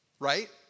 Right